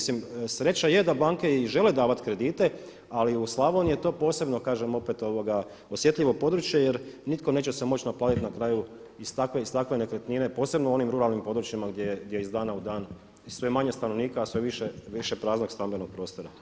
Sreća je da banke i žele davati kredite, ali u Slavoniji je to posebno kažem osjetljivo područje jer nitko neće se moći naplatiti iz takve nekretnine posebno u onim ruralnim područjima gdje iz dana u dan je sve manje stanovnika, a sve više praznog stambenog prostora.